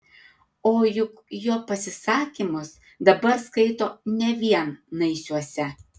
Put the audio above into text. o juk jo pasisakymus dabar skaito ne vien naisiuose